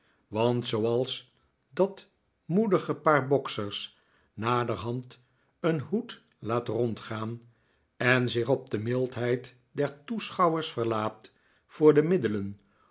want zooals dat moedige paar boksers naderhand een hoed laat rondgaan en zich op de mildheid der toeschouwers verlaat voor de middelen